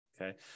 okay